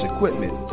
Equipment